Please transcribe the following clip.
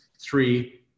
Three